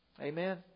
Amen